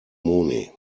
moni